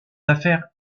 affaires